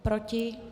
Proti?